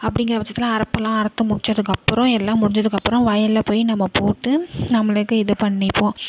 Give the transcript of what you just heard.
அப்படிங்கிற பட்சத்தில் அறுப்பெல்லாம் அறுத்து முடிச்சதுக்கு அப்புறம் எல்லாம் முடிஞ்சதுக்கு அப்புறம் வயல்ல போய் நம்ம போட்டு நம்மளுக்கு இது பண்ணிப்போம்